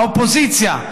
האופוזיציה,